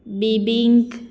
bebinca